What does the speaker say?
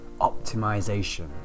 optimization